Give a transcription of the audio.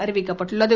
அறிவிக்கப்பட்டுள்ளது